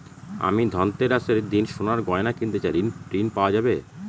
আমি ধনতেরাসের দিন সোনার গয়না কিনতে চাই ঝণ পাওয়া যাবে?